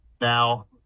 now